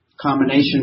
Combination